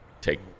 take